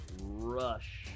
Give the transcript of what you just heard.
rush